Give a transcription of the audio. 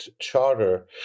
Charter